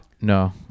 No